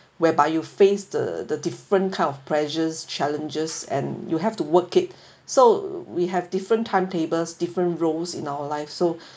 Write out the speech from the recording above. whereby you face the the different kind of pressures challenges and you have to work it so we have different timetables different roles in our life so